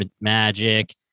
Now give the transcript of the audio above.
magic